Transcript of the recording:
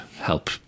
help